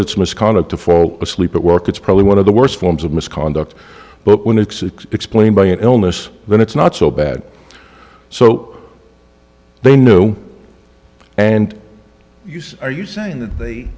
it's misconduct to fall asleep at work it's probably one of the worst forms of misconduct but when it's explained by an illness when it's not so bad so they know and you say are you saying that they